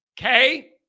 okay